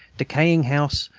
decaying house,